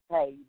Hey